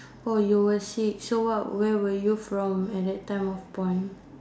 oh you were sick so what where were you from at that time of point